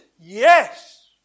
yes